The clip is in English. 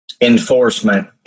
enforcement